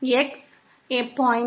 X 0